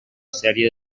sèrie